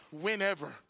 whenever